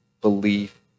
belief